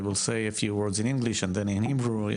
אני אגיד כמה דברים באנגלית ואחר כך בעברית,